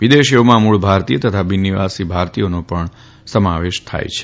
વિદેશીઓમાં મૂળ ભારતીયો તથા બિનનિવાસી ભારતીયોનો પણ સમાવેશ થાય છે